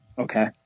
Okay